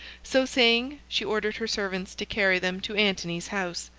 so saying, she ordered her servants to carry them to antony's house.